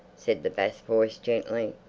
said the bass voice gently,